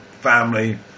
family